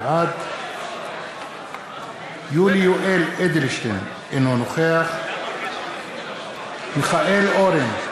בעד יולי יואל אדלשטיין, אינו נוכח מיכאל אורן,